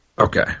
Okay